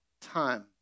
time